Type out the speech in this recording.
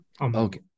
okay